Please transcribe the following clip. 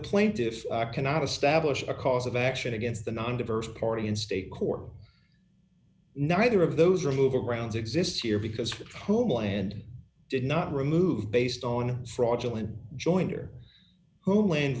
plaintiffs cannot establish a cause of action against the non diverse party in state court neither of those removal grounds exists here because homeland did not remove based on fraudulent jointer who land